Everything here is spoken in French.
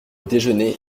déjeuner